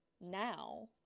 now